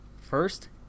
First